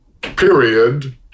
period